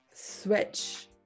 switch